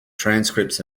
transcripts